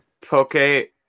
Poke